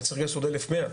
זאת אומרת שצריך עוד אלף מאה.